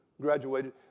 graduated